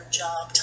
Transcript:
job